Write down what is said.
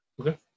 Okay